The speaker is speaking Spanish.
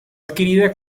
adquirida